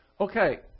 Okay